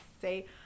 say